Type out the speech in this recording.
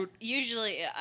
usually